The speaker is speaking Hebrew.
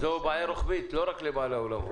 זו בעיה רוחבית, לא רק לבעלי האולמות.